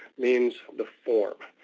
means the form.